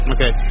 Okay